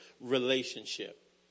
relationship